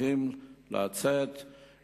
צריכים לצאת לעבודה,